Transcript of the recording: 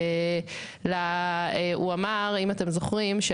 אם אתם זוכרים,